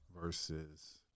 versus